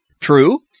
True